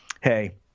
hey